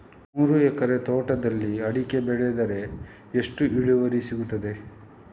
ಮೂರು ಎಕರೆ ತೋಟದಲ್ಲಿ ಅಡಿಕೆ ಬೆಳೆದರೆ ಎಷ್ಟು ಇಳುವರಿ ಸಿಗುತ್ತದೆ?